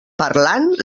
parlant